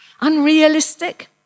Unrealistic